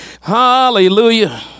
hallelujah